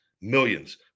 millions